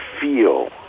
feel